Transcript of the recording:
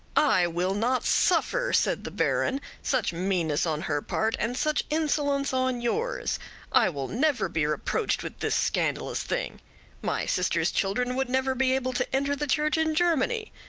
i will not suffer, said the baron, such meanness on her part, and such insolence on yours i will never be reproached with this scandalous thing my sister's children would never be able to enter the church in germany.